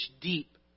deep